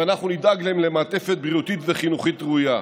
ואנחנו נדאג להם למעטפת בריאותית וחינוכית ראויה,